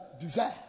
desire